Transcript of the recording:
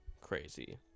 Crazy